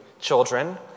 children